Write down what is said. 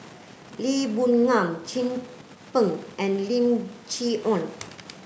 Lee Boon Ngan Chin Peng and Lim Chee Onn